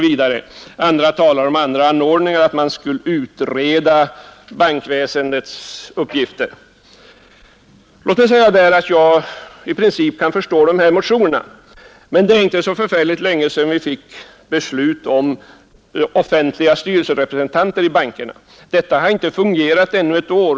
I andra motioner talas om andra anordningar, att man skall utreda bankväsendets uppgifter. Jag kan i princip förstå de här motionerna, men det är inte så väldigt länge sedan vi beslutade om offentliga styrelserepresentanter i bankerna. Detta system har ännu inte fungerat ett år.